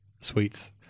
sweets